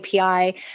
API